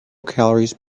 calories